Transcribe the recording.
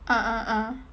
ah ah ah